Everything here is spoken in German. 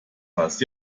was